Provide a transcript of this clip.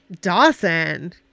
Dawson